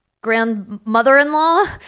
grandmother-in-law